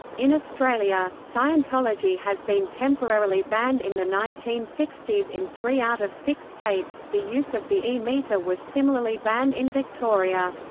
in australia, scientology has been temporarily banned in the nineteen sixty s in three out of six states the use of the e-meter was similarly banned in victoria.